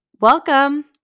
welcome